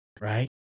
right